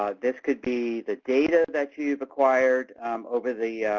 ah this could be the data that you've acquired over the